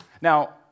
Now